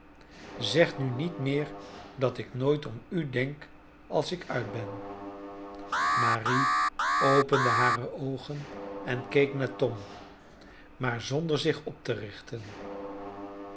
zeg nu niet meer dat ik nooit om u denk als ik uit ben marie opende hare oogen en keek naar tom maar zonder zich op te richten